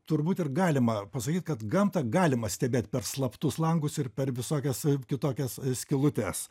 turbūt ir galima pasakyt kad gamtą galima stebėt per slaptus langus ir per visokias kitokias skylutes